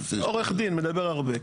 עורך דין, מדבר הרבה.